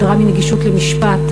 הדרה מנגישות למשפט,